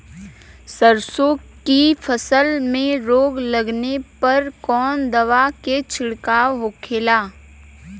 सरसों की फसल में रोग लगने पर कौन दवा के छिड़काव होखेला?